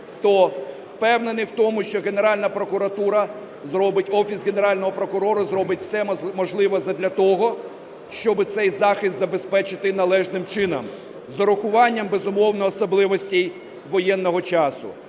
зробить, Офіс Генерального прокурора зробить все можливе задля того, щоб цей захист забезпечити належним чином з урахуванням, безумовно, особливостей воєнного часу.